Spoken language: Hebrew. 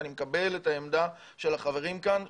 אני מקבל את העמדה של החברים כאן,